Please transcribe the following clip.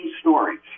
stories